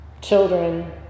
children